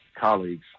colleagues